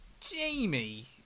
Jamie